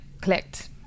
clicked